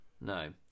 no